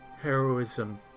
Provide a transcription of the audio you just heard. heroism